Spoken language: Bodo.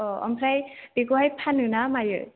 औ ओमफ्राय बेखौहाय फानो ना मायो